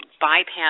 bypass